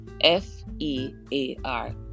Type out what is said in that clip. F-E-A-R